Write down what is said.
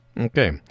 Okay